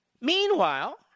Meanwhile